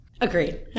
Agreed